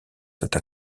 cette